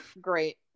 Great